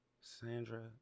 Sandra